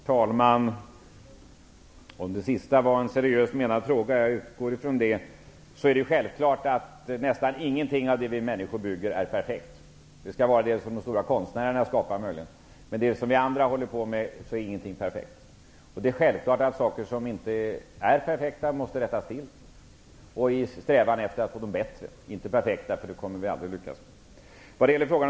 Herr talman! Jag utgår från att Ewa Hedkvist Petersens fråga var seriöst menad. Det är ju självfallet så att nästan ingenting av det vi människor bygger är perfekt. Möjligen är det som de stora konstnärerna skapar perfekt, men av det som vi andra håller på med är ingenting perfekt. Det är också självklart att saker som inte är perfekta måste rättas till i en strävan att få dem bättre -- vi kommer däremot aldrig lyckas med att få dem perfekta.